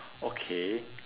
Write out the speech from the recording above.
okay